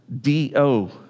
D-O